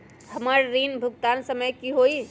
हमर ऋण भुगतान के समय कि होई?